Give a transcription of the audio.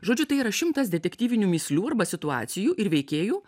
žodžiu tai yra šimtas detektyvinių mįslių arba situacijų ir veikėjų